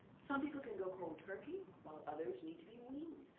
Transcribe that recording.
some people can go cold turkey while others need to be weaned.